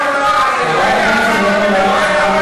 אני קראתי את החוק הזה.